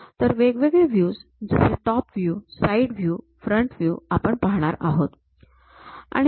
तर वेगवेगळे व्ह्यूज जसे top view side view front view आपण पाहणार आहोत